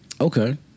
Okay